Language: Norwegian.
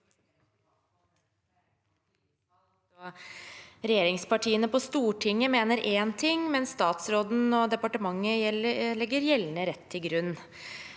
Regjeringspartiene på Stortinget mener én ting, mens statsråden og departementet legger gjeldende rett til grunn.